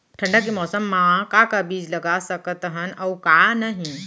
ठंडा के मौसम मा का का बीज लगा सकत हन अऊ का नही?